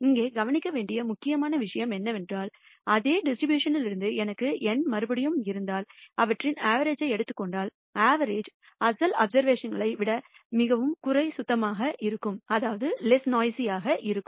இங்கே கவனிக்க வேண்டிய முக்கியமான விஷயம் என்னவென்றால் அதே டிஸ்ட்ரிபியூஷன் லிருந்து எனக்கு N மறுபடியும் இருந்தால் அவற்றின் அவரேஜ் எடுத்துக் கொண்டால் அவரேஜ் அசல் அப்சர்வேஷன்களை விட குறை சத்தமாக இருக்கும்